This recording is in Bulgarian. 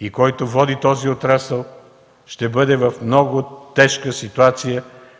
и който води този отрасъл, ще бъде в много тежка ситуация,